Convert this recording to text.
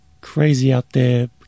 crazy-out-there